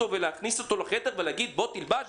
ולהכניס אותו לחדר ולהגיד: בוא תלבש?